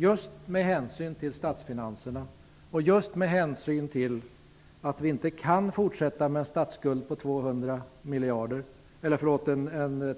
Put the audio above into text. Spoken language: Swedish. Just med tanke på statsfinanserna och att vi inte kan fortsätta med ett